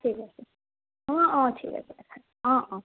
ঠিক আছে অঁ অঁ ঠিক আছে অঁ অঁ